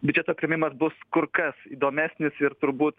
biudžeto priėmimas bus kur kas įdomesnis ir turbūt